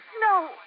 No